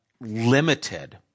limited